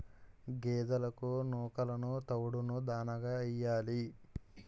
గేదెలకు నూకలును తవుడును దాణాగా యియ్యాలి